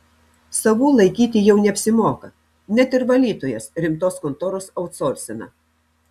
savų laikyti jau neapsimoka net ir valytojas rimtos kontoros autsorsina